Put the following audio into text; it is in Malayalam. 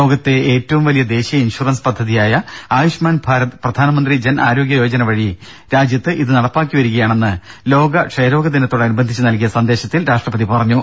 ലോകത്തെ ഏറ്റവും വലിയ ദേശീയ ഇൻഷുറൻസ് പദ്ധതിയായ ആയുഷ്മാൻ ഭാരത് പ്രധാനമന്ത്രി ജൻ ആരോഗ്യ യോജന വഴി രാജ്യത്ത് ഇത് നടപ്പിലാക്കിവരികയാണെന്ന് ലോക ക്ഷയരോഗദിനത്തോടനുബന്ധിച്ച് നൽകിയ സന്ദേശത്തിൽ രാഷ്ട്രപതി പറഞ്ഞു